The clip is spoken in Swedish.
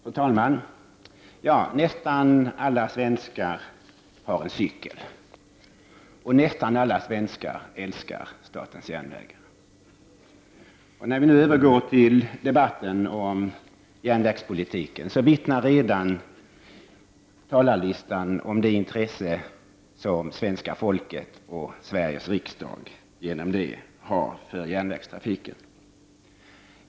Fru talman! Ja, nästan alla svenskar har en cykel. Och nästan alla svenskar älskar statens järnvägar. När vi nu övergår till debatten om järnvägspolitiken, vittnar redan talarlistan om det intresse som svenska folket och Sveriges riksdag har för järnvägstrafiken.